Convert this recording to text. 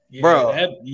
bro